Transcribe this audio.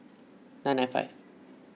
nine nine five